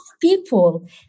people